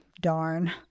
darn